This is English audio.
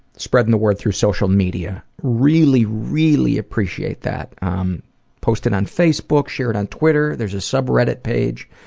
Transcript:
spreading the word through social media. really, really appreciate that posting on facebook, sharing on twitter, there's a subreddit page.